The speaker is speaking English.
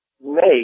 make